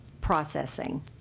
processing